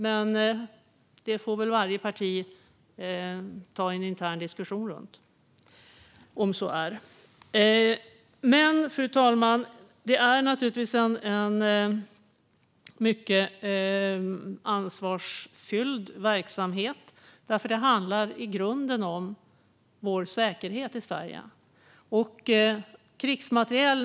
Men det får varje parti ta en intern diskussion om, om så är fallet. Fru talman! Det är en mycket ansvarsfylld verksamhet, eftersom det i grunden handlar om vår säkerhet i Sverige.